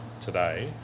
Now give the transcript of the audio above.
today